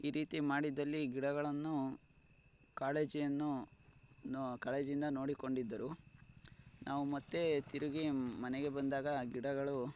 ಈ ರೀತಿ ಮಾಡಿದ್ದಲ್ಲಿ ಗಿಡಗಳನ್ನು ಕಾಳಜಿಯನ್ನು ನು ಕಾಳಜಿಯಿಂದ ನೋಡಿಕೊಂಡಿದ್ದರು ನಾವು ಮತ್ತೆ ತಿರುಗಿ ಮನೆಗೆ ಬಂದಾಗ ಗಿಡಗಳು